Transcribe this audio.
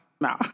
No